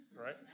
right